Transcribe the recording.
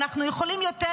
אנחנו יכולים יותר,